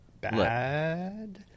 bad